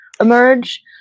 emerge